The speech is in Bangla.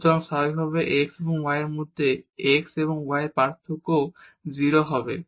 সুতরাং স্বাভাবিকভাবেই x এবং y এর মধ্যে x এবং y এর পার্থক্যও 0 হবে